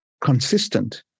consistent